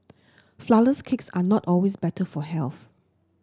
flourless cakes are not always better for health